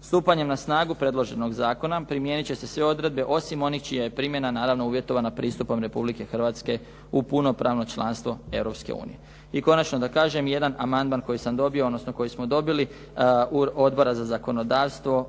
Stupanjem na snagu predloženog zakona primjenit će se sve odredbe, osim onih čija je primjena naravno uvjetovana pristupom Republike Hrvatske u punopravno članstvo Europske unije. I konačno da kažem, jedan amandman koji sam dobio odnosno koji smo dobili od Odbora za zakonodavstvo